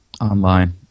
online